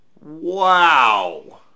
Wow